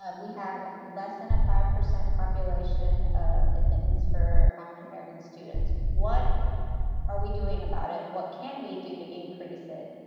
um we have less than a five percent population of admittance for african american students. what are we doing about it? what can we do to increase it,